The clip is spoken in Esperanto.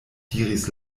diris